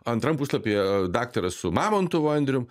antram puslapyje daktaras su mamontovu andrium